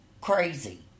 crazy